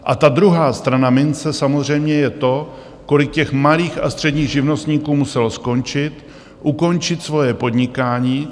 A ta druhá strana mince samozřejmě je to, kolik těch malých a středních živnostníků muselo skončit, ukončit svoje podnikání.